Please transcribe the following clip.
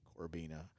Corbina